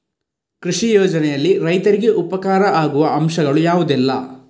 ಕೃಷಿ ಯೋಜನೆಯಲ್ಲಿ ರೈತರಿಗೆ ಉಪಕಾರ ಆಗುವ ಅಂಶಗಳು ಯಾವುದೆಲ್ಲ?